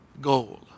goal